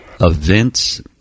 events